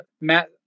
Matt